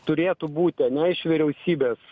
turėtų būti ane iš vyriausybės